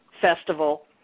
Festival